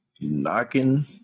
knocking